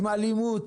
עם אלימות,